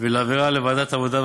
ולהעבירה לוועדת העבודה,